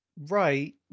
Right